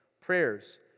prayers